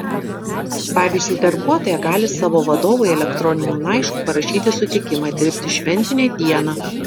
pavyzdžiui darbuotoja gali savo vadovui elektroniniu laišku parašyti sutikimą dirbti šventinę dieną